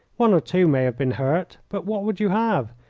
one or two may have been hurt, but what would you have?